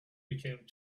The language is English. became